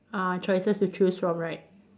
uh choices to choose from right